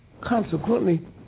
consequently